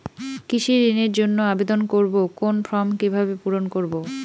কৃষি ঋণের জন্য আবেদন করব কোন ফর্ম কিভাবে পূরণ করব?